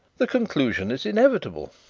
the conclusion is inevitable.